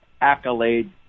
accolade